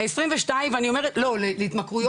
אבל זה בדיוק מה שאני שואלת, הדו"ח